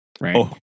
Right